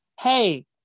Hey